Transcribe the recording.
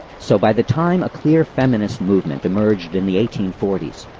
so, by the time a clear feminist movement emerged in the eighteen forty s,